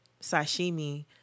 sashimi